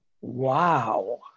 Wow